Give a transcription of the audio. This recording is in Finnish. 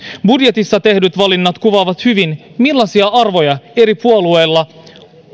budjetissa tehdyt valinnat kuvaavat hyvin millaisia arvoja eri puolueilla